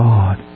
God